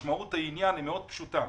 משמעות העניין מאוד פשוטה.